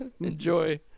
Enjoy